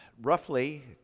roughly